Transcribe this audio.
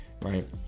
right